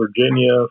Virginia